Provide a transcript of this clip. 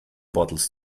bottles